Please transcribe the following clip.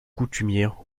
coutumière